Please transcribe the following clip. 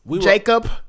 Jacob